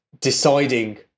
deciding